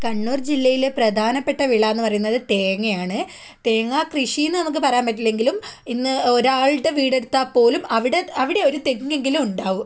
കണ്ണൂർ ജില്ലയിലെ പ്രധാനപ്പെട്ട വിളയെന്ന് പറയുന്നത് തേങ്ങയാണ് തേങ്ങ കൃഷീന്ന് നമുക്ക് പറയാൻ പറ്റില്ലെങ്കിലും ഇന്ന് ഒരാളുടെ വീടെടുത്താൽ പോലും അവിടെ അവിടെയൊരു തെങ്ങെങ്കിലും ഉണ്ടാവും